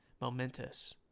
momentous